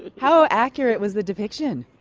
how accurate was the depiction?